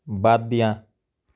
বাদ দিয়া